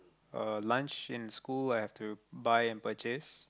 uh lunch in school I have to buy and purchase